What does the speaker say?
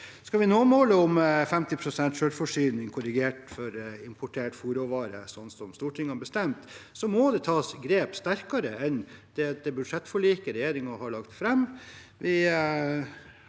Skal vi nå målet om 50 pst. selvforsyning, korrigert for importert fôrråvare, slik som Stortinget har bestemt, må det tas sterkere grep enn det budsjettforliket regjeringen har lagt fram.